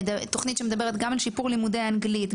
תוכנית שמדברת גם על שיפור לימודי אנגלית,